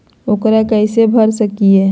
ऊकरा कैसे भर सकीले?